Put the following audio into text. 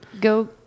go